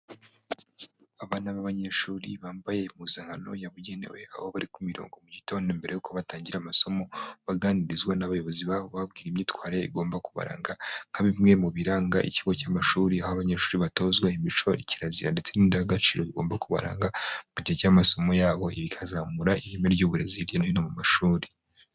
Abana b'abanyeshuri bambaye impuzankano yabugenewe, aho bari ku mirongo mu gitondo mbere y'uko batangira amasomo, baganirizwa n'abayobozi babo bababwira imyitwarire igomba kubaranga, nka bimwe mu biranga ikigo cy'amashuri, aho abanyeshuri batozwa imico, kirazira, ndetse n'indangaciro bigomba kubaranga mu gihe cy'amasomo yabo, ibi bikazamura ireme ry'uburezi hirya no hino mu mashuri.